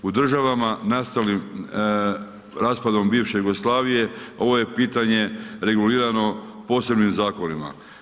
U državama nastalim raspadom bivše Jugoslavije, ovo je pitanje regulirano posebnim zakonima.